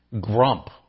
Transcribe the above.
grump